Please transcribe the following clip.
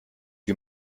wie